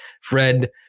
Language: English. Fred